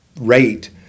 rate